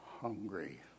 hungry